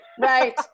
right